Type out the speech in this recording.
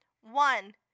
One